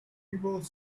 people